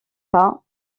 pas